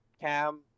cam